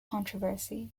controversy